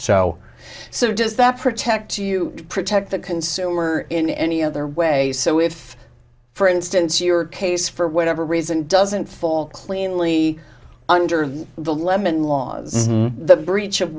so does that protect you protect the consumer in any other way so if for instance your case for whatever reason doesn't fall cleanly under the lemon laws the breach of